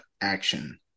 action